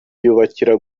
yubakira